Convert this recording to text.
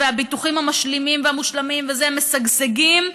והביטוחים המשלימים והמושלמים משגשגים,